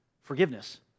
forgiveness